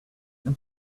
and